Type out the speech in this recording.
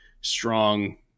strong